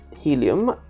Helium